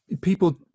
people